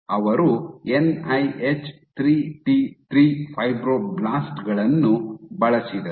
ಅವರು ಎನ್ಐಹೆಚ್ 3ಟಿ3 ಫೈಬ್ರೊಬ್ಲಾಸ್ಟ್ ಗಳನ್ನು ಬಳಸಿದರು